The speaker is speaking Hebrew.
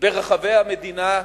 ברחבי המדינה,